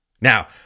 Now